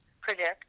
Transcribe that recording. predict